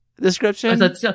description